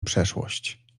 przeszłość